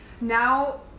now